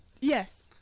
Yes